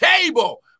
table